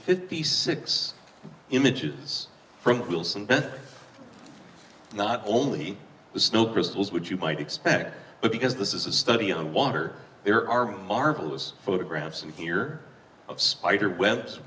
fifty six images from not only the snow crystals would you might expect but because this is a study on water there are marvelous photographs in here of spiderwebs